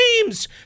teams